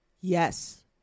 yes